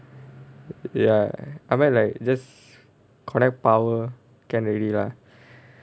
ya I might like just connect power can already lah